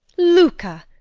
louka!